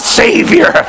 savior